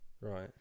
Right